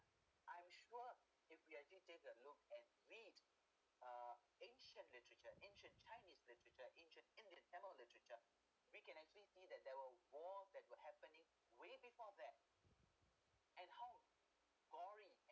I'm sure if we actually take a look and read uh ancient literature ancient chinese literature ancient indian tamil literature we can actually see that there were war that were happening way before that and how gory